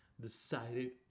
decided